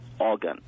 organ